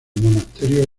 monasterios